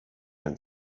and